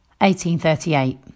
1838